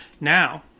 Now